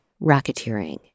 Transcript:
racketeering